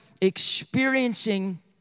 experiencing